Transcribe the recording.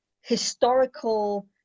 historical